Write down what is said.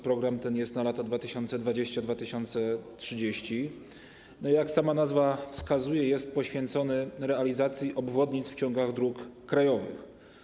Program ten jest na lata 2020-2030 i, jak sama nazwa wskazuje, jest poświęcony realizacji obwodnic w ciągach dróg krajowych.